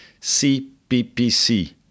CPPC